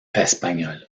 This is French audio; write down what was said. espagnol